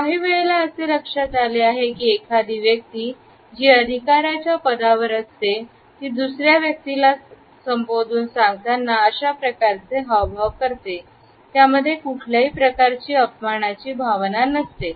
काही वेळेला असे लक्षात आले आहे की एखादी व्यक्ती अधिकाऱ्याच्या पदावर असते ते दुसऱ्या व्यक्तीला संबोधून सांगतांना अशाप्रकारचे हावभाव करते त्यामध्ये कुठल्याही प्रकारची अपमानाची भावना नसते